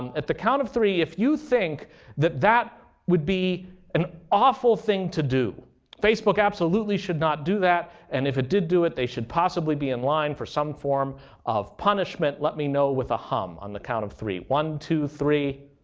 at the count of three, if you think that that would be an awful thing to do facebook absolutely should not do that, and if it did do it they should possibly be in line for some form of punishment let me know with a hum on the count of three. one, two, three.